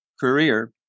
career